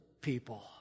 people